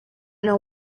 know